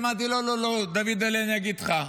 אמרתי: לא, לא, לא, דוידל'ה, אני אגיד לך,